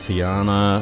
Tiana